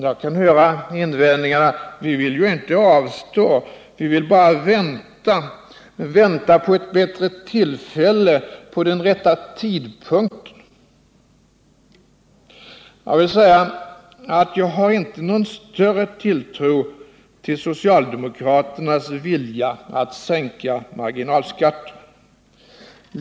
Jag kan höra invändningarna: Vi vill inte avstå, vi vill bara vänta på ett bättre tillfälle, på den rätta tidpunkten. Jag har inte någon större tilltro till socialdemokraternas vilja att sänka marginalskatten.